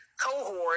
cohort